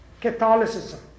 catholicism